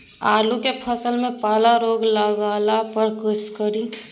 आलू के फसल मे पाला रोग लागला पर कीशकरि?